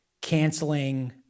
canceling-